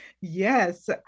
Yes